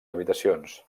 habitacions